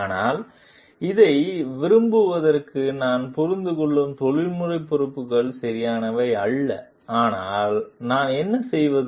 ஆனால் இதை விரும்புவதற்கு நான் புரிந்துகொள்ளும் தொழில்முறை பொறுப்புகள் சரியானவை அல்ல ஆனால் நான் என்ன செய்வது